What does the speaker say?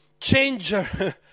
changer